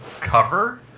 cover